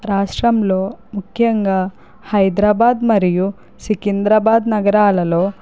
రాష్ట్రంలో ముఖ్యంగా హైదరాబాద్ మరియు సికింద్రాబాద్ నగరాలలో